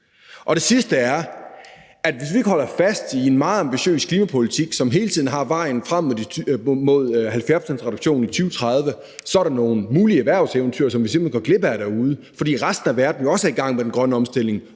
Den sidste er, at hvis ikke vi holder fast i en meget ambitiøs klimapolitik, som hele tiden kigger frem mod en 70-procentsreduktion i 2030, er der nogle mulige erhvervseventyr, som vi simpelt hen går glip af derude, fordi resten af verden jo også er i gang med den grønne omstilling,